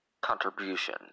Contribution